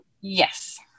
yes